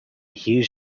huge